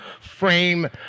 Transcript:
frame